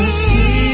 see